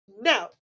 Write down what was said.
now